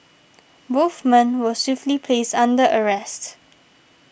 both men were swiftly placed under arrest